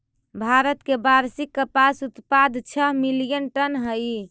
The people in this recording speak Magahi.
भारत के वार्षिक कपास उत्पाद छः मिलियन टन हई